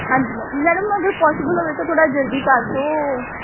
ਹਾਂਜੀ madam madam ਅਗਰ possible ਹੋਵੇ ਤਾਂ ਥੋੜ੍ਹਾ ਜਲਦੀ ਕਰ ਦਿਓ